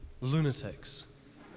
lunatics